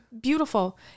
beautiful